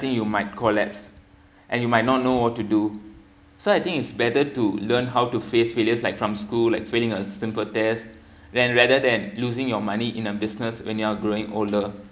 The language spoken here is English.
think you might collapse and you might not know what to do so I think it's better to learn how to face failures like from school like failing a simple test than rather than losing your money in a business when you're growing older